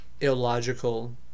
illogical